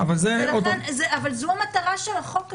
זאת המטרה של החוק עצמו.